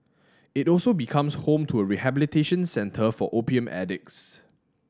it also becomes home to a rehabilitation centre for opium addicts